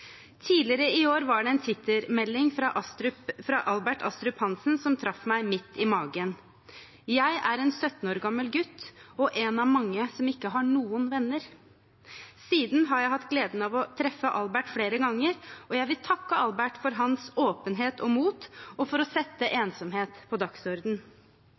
Tidligere i år var det en Twitter-melding fra Albert Astrup Hansen som traff meg midt i magen: «Jeg er en 17 år gammel gutt og en av mange som ikke har noen venner.» Siden har jeg hatt gleden av å treffe Albert flere ganger, og jeg vil takke Albert for hans åpenhet og mot og for å sette ensomhet på